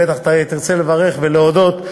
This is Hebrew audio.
בטח תרצה לברך ולהודות,